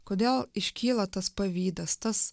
kodėl iškyla tas pavydas tas